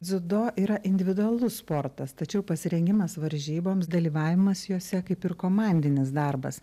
dziudo yra individualus sportas tačiau pasirengimas varžyboms dalyvavimas jose kaip ir komandinis darbas